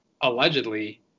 allegedly